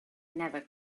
never